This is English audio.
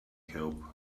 help